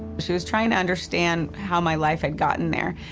she was trying to understand how my life had gotten there.